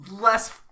less